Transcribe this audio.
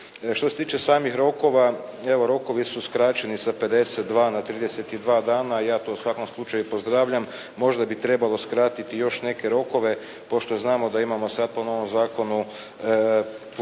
Što se tiče samih rokova, evo rokovi su skraćeni sa 52 na 32 dana i ja to u svakom slučaju pozdravljam. Možda bi trebalo skratiti i još neke rokove pošto znamo da imamo sada po novom zakonu